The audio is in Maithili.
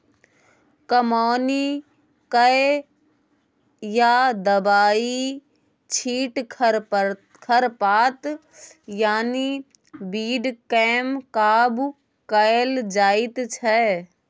कमौनी कए या दबाइ छीट खरपात यानी बीड केँ काबु कएल जाइत छै